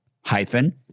hyphen